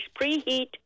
preheat